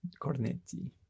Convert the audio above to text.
Cornetti